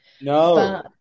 No